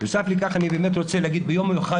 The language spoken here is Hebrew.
נוסף לכך אני באמת רוצה להגיד ביום מיוחד